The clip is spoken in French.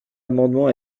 amendement